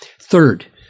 Third